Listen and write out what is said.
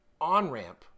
on-ramp